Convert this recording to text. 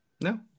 No